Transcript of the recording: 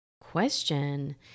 question